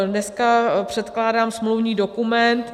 Dneska předkládám smluvní dokument.